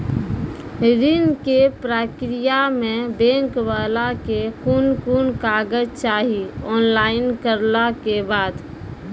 ऋण के प्रक्रिया मे बैंक वाला के कुन कुन कागज चाही, ऑनलाइन करला के बाद?